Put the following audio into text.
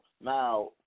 Now